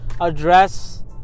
address